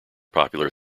popular